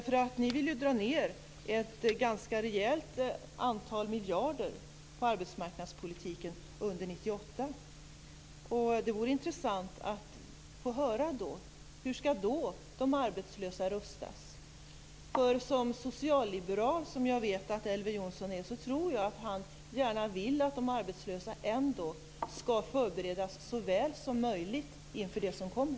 Folkpartiet vill ju dra ned ett ganska rejält antal miljarder på arbetsmarknadspolitiken under 1998. Det vore intressant att få höra hur de arbetslösa då skall rustas. Som den socialliberal jag vet att Elver Jonsson är tror jag att han gärna vill att de arbetslösa ändå skall förberedas så väl som möjligt inför det som kommer.